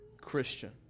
Christian